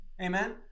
Amen